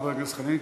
חבר הכנסת חנין,